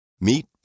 Meet